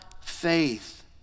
faith